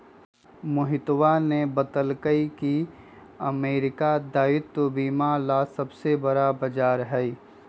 मोहितवा ने बतल कई की अमेरिका दायित्व बीमा ला सबसे बड़ा बाजार हई